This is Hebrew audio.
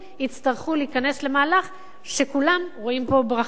יצטרכו להיכנס למהלך שכולם רואים בו ברכה,